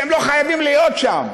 שלא חייבים להיות שם,